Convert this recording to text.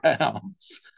pounds